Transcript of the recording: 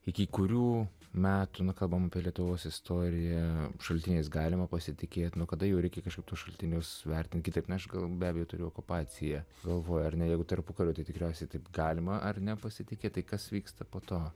iki kurių metų kalbame apie lietuvos istoriją šaltiniais galima pasitikėti nuo kada jau reikia kažkaip tuos šaltinius vertinkite atneš gal davė turėjo okupaciją galvojo ar ne jau tarpukariu tai tikriausiai taip galima ar nepasitikėti tai kas vyksta po to